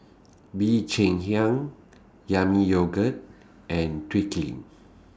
Bee Cheng Hiang Yami Yogurt and